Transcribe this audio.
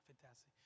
Fantastic